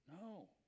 No